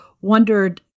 wondered